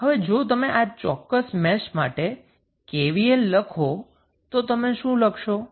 હવે જો તમે આ ચોક્કસ મેશ માટે KVL લખો તો તમે શું લખશો